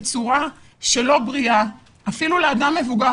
בצורה שלא בריאה אפילו לאדם מבוגר.